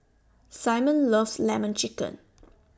Simon loves Lemon Chicken